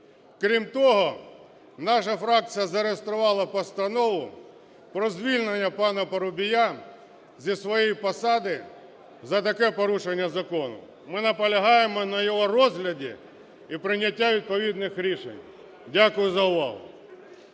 Крім того, наша фракція зареєструвала Постанову про звільнення пана Парубія зі своєї посади за таке порушення закону. Ми наполягаємо на його розгляді і прийняття відповідних рішень. Дякую за увагу.